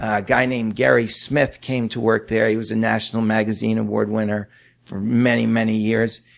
a guy named gary smith came to work there he was a national magazine award winner for many, many years.